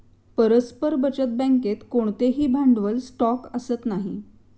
परस्पर बचत बँकेत कोणतेही भांडवल स्टॉक असत नाही